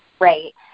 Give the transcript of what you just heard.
right